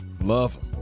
love